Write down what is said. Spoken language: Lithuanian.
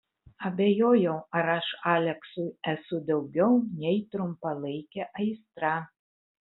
abejojau ar aš aleksui esu daugiau nei trumpalaikė aistra